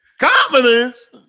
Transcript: Confidence